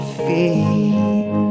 feet